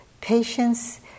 patience